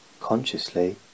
consciously